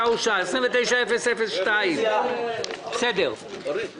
הצבעה בעד ההודעה,